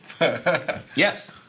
Yes